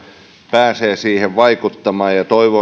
pääsee siihen vaikuttamaan